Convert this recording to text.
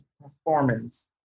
performance